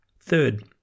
Third